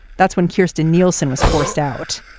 that's when kristen nielsen was forced out.